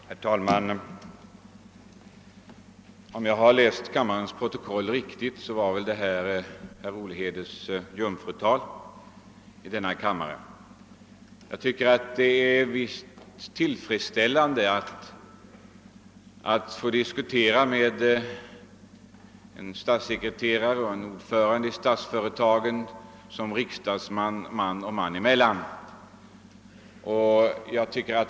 Herr talman! Om jag har sett rätt i kammarens protokoll var väl detta herr Olhedes jungfrutal i denna kammare. Jag tycker att det ligger en viss tillfredsställelse i att få diskutera med en statssekreterare och en ordförande i Statsföretag AB i hans egenskap av riksdagsman.